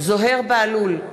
זוהיר בהלול,